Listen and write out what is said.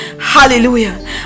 Hallelujah